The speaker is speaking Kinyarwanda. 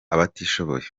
abatishoboye